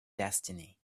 destiny